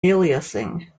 aliasing